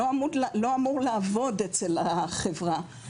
לא אמור לעבוד אצל החברה,